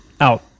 Out